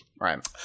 Right